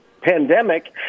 pandemic